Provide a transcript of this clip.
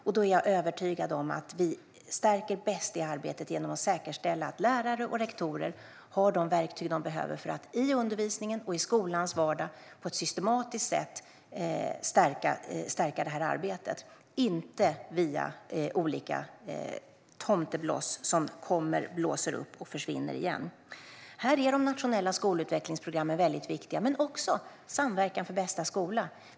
Jag är övertygad om att vi bäst stärker det arbetet genom att säkerställa att lärare och rektorer har de verktyg de behöver för att i undervisningen och i skolans vardag på ett systematiskt sätt stärka det här arbetet. Det ska inte ske via olika tomtebloss som kommer, tänds och försvinner igen. Här är de nationella skolutvecklingsprogrammen väldigt viktiga men också Samverkan för bästa skola.